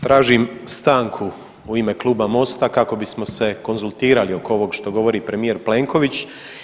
Tražim stanku u ime Kluba Mosta kako bismo se konzultirali oko ovog što govori premijer Plenković.